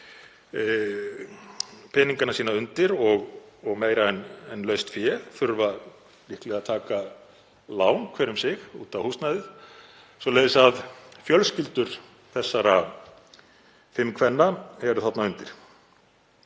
peningana sína undir og meira en laust fé, þurfa líklega að taka lán hver um sig út á húsnæðið, svoleiðis að fjölskyldur þessara fimm kvenna eru þarna undir.